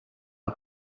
are